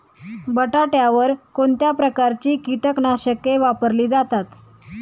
बटाट्यावर कोणत्या प्रकारची कीटकनाशके वापरली जातात?